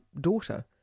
daughter